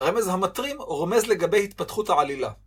רמז המטרים רומז לגבי התפתחות העלילה.